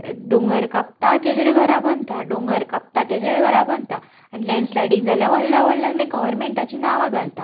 दोंगर कापता तेजेर घरां बांदता दोंगर कापता तेजेर घरां बांदता आनी लॅंडस्लाडींग जाल्यार व्हडल्यान व्हडल्यान मागीर गव्हर्मेंटाचेर नावां घालता